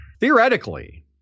Theoretically